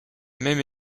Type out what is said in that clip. même